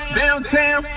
downtown